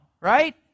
right